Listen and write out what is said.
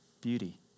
beauty